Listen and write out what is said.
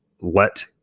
let